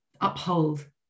uphold